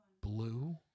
blue